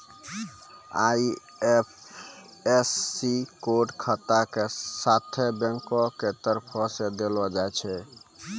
IFSC code खाता के साथे बैंको के तरफो से देलो जाय छै